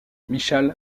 michał